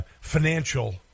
financial